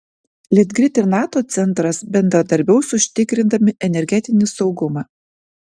litgrid ir nato centras bendradarbiaus užtikrindami energetinį saugumą